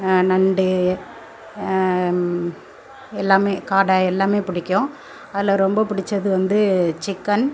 நண்டு எல்லாம் காடை எல்லாம் பிடிக்கும் அதில் ரொம்ப பிடிச்சது வந்து சிக்கன்